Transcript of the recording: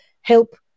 help